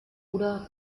oder